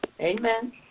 Amen